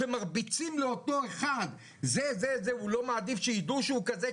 כשמרביצים לאותו אחד הוא לא מעדיף שיידעו שהוא כזה,